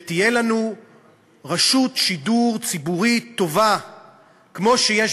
שתהיה לנו רשות שידור ציבורי טובה כמו שיש